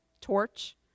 torch